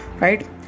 right